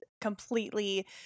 completely